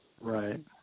right